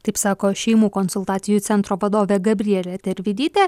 taip sako šeimų konsultacijų centro vadovė gabrielė tervidytė